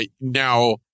Now